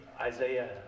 Isaiah